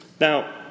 Now